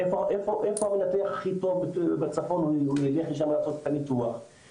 איפה המנתח הכי טוב בצפון שילך לשם לעשות את הניתוח,